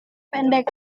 pendek